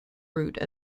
route